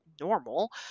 normal